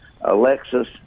Alexis